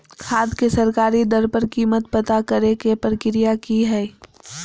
खाद के सरकारी दर पर कीमत पता करे के प्रक्रिया की हय?